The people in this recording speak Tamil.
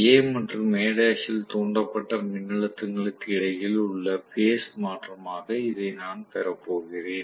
A மற்றும் A இல் தூண்டப்பட்ட மின்னழுத்தங்களுக்கு இடையில் உள்ள பேஸ் மாற்றமாக இதை நான் பெறப்போகிறேன்